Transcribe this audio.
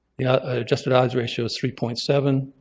yeah ah adjusted odds ratio is three point seven.